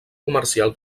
comercial